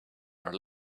are